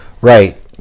right